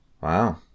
Wow